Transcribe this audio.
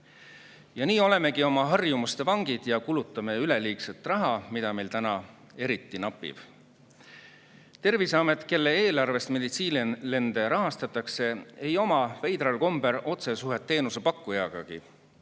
ja nii olemegi oma harjumuste vangid ja kulutame üleliigset raha, mida meil täna eriti napib. Terviseamet, kelle eelarvest meditsiinilende rahastatakse, veidral kombel teenusepakkujaga